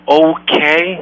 okay